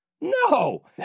No